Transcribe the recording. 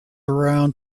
around